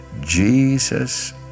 Jesus